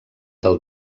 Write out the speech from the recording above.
del